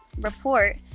report